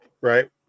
Right